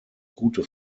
gute